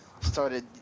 started